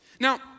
Now